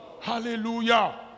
Hallelujah